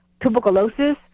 Tuberculosis